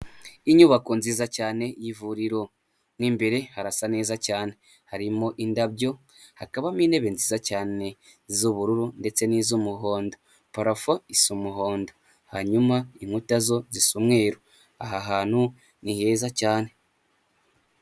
Inyubako nziza cyane y'ivuriro, mo imbere harasa neza cyane, harimo indabyo, hakabamo intebe nziza cyane z'ubururu ndetse n'iz'umuhondo, parafo isa umuhondo, hanyuma inkuta zo zisa umweruru, aha hantu ni heza cyane.